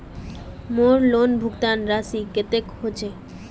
मोर लोन भुगतान राशि कतेक होचए?